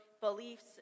beliefs